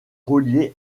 reliée